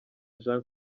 jean